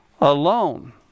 alone